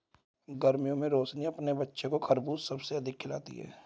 गर्मियों में रोशनी अपने बच्चों को खरबूज सबसे अधिक खिलाती हैं